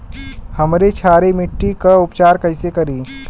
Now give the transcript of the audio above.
हमनी क्षारीय मिट्टी क उपचार कइसे करी?